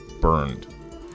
burned